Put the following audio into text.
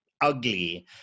ugly